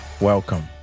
Welcome